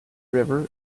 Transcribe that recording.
river